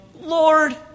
Lord